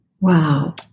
Wow